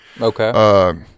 Okay